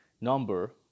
number